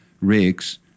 rigs